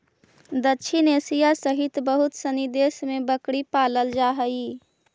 दक्षिण एशिया सहित बहुत सनी देश में बकरी पालल जा हइ